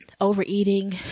overeating